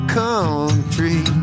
country